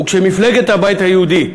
וכשמפלגת הבית היהודי,